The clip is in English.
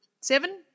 Seven